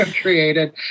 created